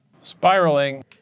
Spiraling